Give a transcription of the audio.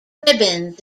ribbons